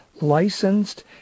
licensed